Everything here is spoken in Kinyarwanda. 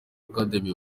academy